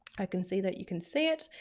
i can see that you can see it.